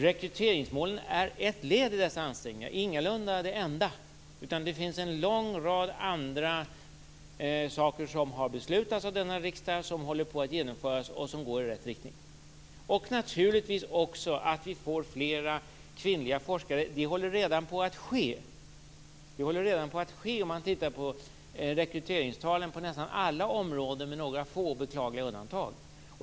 Rekryteringsmålen är ett led i dessa ansträngningar, ingalunda det enda. Det finns en lång rad andra saker som har beslutats av denna riksdag, som håller på att genomföras och som går i rätt riktning. Och naturligtvis ingår också att vi får fler kvinnliga forskare. Det håller redan på att ske. Det ser man om man tittar på rekryteringstalen på nästan alla områden, med några få beklagliga undantag.